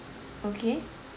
okay